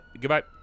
Goodbye